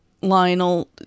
Lionel